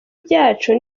byacu